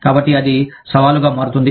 కాబట్టి అది సవాలుగా మారుతుంది